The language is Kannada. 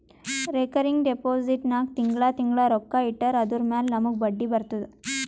ರೇಕರಿಂಗ್ ಡೆಪೋಸಿಟ್ ನಾಗ್ ತಿಂಗಳಾ ತಿಂಗಳಾ ರೊಕ್ಕಾ ಇಟ್ಟರ್ ಅದುರ ಮ್ಯಾಲ ನಮೂಗ್ ಬಡ್ಡಿ ಬರ್ತುದ